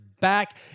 back